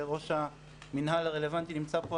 וראש המינהל הרלוונטי נמצא פה,